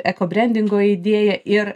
ekobrendingo idėją ir